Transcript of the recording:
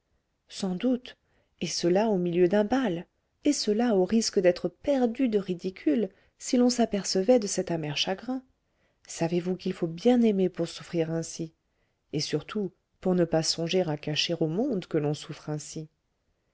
sans doute et cela au milieu d'un bal et cela au risque d'être perdu de ridicule si l'on s'apercevait de cet amer chagrin savez-vous qu'il faut bien aimer pour souffrir ainsi et surtout pour ne pas songer à cacher au monde que l'on souffre ainsi